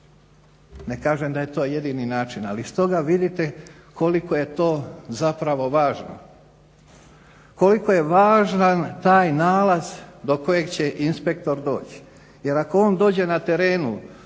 Ne kažem da je to jedini način, ali iz toga vidite koliko je to zapravo važno, koliko je važan taj nalaz do kojeg će inspektor doći jer ako on dođe na terenu